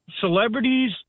celebrities